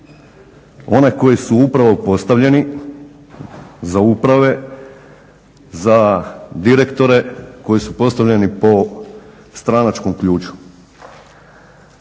one koji su upravo postavljeni, za uprave, za direktore koji su postavljeni po stranačkom ključu.